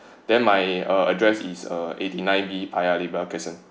then my uh address is uh eighty nine v ani paya lebar crescent